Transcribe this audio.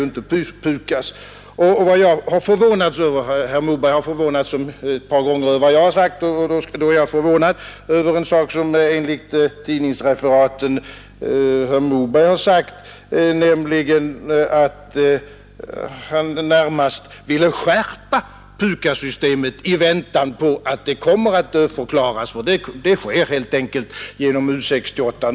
Herr Moberg har ett par gånger förvånats över vad jag har sagt, och jag är förvånad över en sak som herr Moberg enligt tidningsreferaten har sagt nämligen att han närmast ville skärpa PUKAS-systemet i väntan på att det skall dödförklaras, vilket helt enkelt skall ske genom U 68.